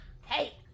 hey